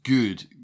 good